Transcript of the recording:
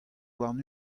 warn